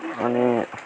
अनि